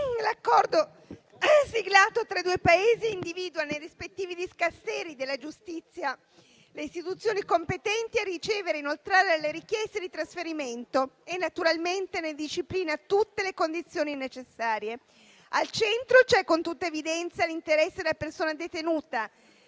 l'Accordo siglato tra i due Paesi individua, nei rispettivi Dicasteri della giustizia, le istituzioni competenti a ricevere e inoltrare le richieste di trasferimento e, naturalmente, ne disciplina tutte le condizioni necessarie. Al centro c'è con tutta evidenza l'interesse della persona detenuta,